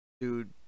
dude